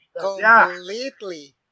Completely